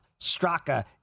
Straka